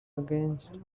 against